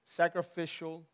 sacrificial